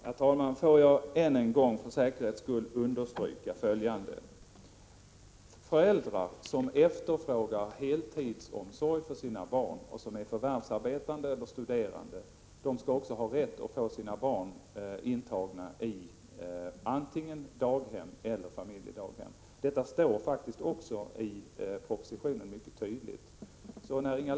Herr talman! Får jag än en gång, för säkerhets skull, understryka följande: Föräldrar som efterfrågar heltidsomsorg för sina barn, och som är förvärvsar antingen daghem eller familjedaghem. Detta står faktiskt också mycket tydligt i propositionen.